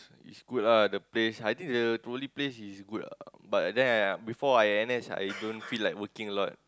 it's good lah the place I think the only place is good lah but then before I N_S I don't feel like working a lot